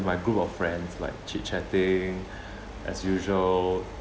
my group of friends like chit chatting as usual